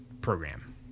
program